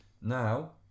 Now